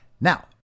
Now